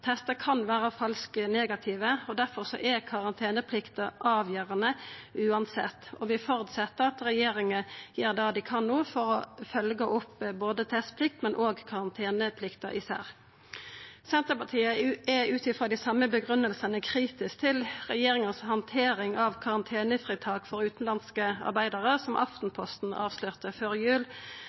er karanteneplikta avgjerande uansett. Vi føreset at regjeringa no gjer det dei kan for å følgja opp både testplikta og især karanteneplikta. Senterpartiet er ut frå dei same grunngjevingane kritisk til regjeringa si handtering av karantenefritak for utanlandske arbeidarar, som Aftenposten avslørte før jul.